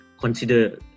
consider